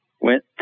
went